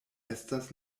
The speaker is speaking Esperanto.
estas